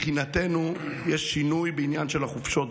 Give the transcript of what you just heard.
שמבחינתנו יש שינוי גם בעניין החופשות.